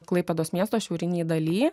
klaipėdos miesto šiaurinėj daly